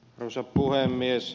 arvoisa puhemies